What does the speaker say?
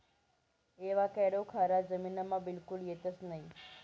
avocado खारा जमीनमा बिलकुल येतंस नयी